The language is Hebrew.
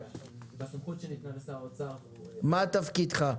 בסמכות שניתנה לשר האוצר --- מה תפקידך?